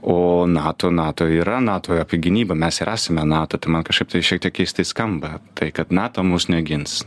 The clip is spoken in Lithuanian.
o nato nato yra nato apie gynybą mes ir esame nato tai man kažkaip tai šiek tiek keistai skamba tai kad nato mus negins